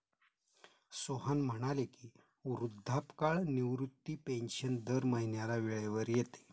सोहन म्हणाले की, वृद्धापकाळ निवृत्ती पेन्शन दर महिन्याला वेळेवर येते